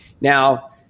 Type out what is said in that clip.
Now